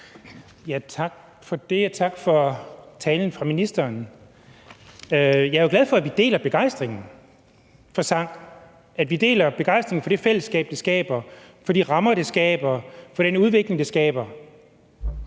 tak for det, og tak til ministeren for talen. Jeg er jo glad for, at vi deler begejstringen for sang, at vi deler begejstringen for det fællesskab, det skaber, for de rammer, det skaber, for den udvikling, det skaber.